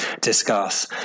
discuss